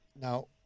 Now